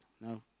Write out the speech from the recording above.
No